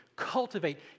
cultivate